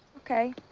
ok.